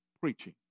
preaching